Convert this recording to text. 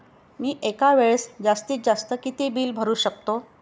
मी एका वेळेस जास्तीत जास्त किती बिल भरू शकतो?